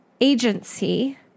agency